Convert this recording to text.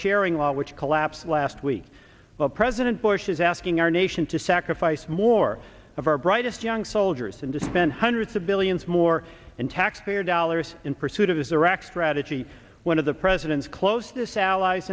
sharing law which collapsed last week but president bush is asking our nation to sacrifice more of our brightest young soldiers and to spend hundreds of billions more in taxpayer dollars in pursuit of his iraq strategy one of the president's closest allies